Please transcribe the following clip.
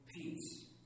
peace